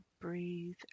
Breathe